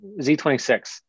z26